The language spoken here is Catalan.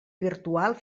virtual